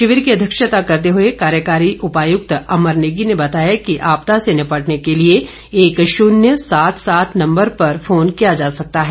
शिविर की अध्यक्षता करते हुए कार्यकारी उपायुक्त अमर नेगी ने बताया कि आपदा से निपटने के लिए एक शून्य सात सात नम्बर पर फोन किया जा सकता है